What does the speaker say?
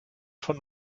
von